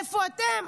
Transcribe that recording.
איפה אתם.